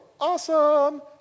awesome